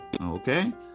Okay